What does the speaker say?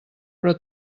però